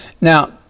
Now